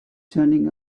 turning